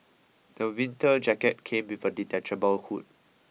the winter jacket came with a detachable hood